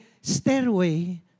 stairway